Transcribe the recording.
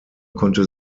konnte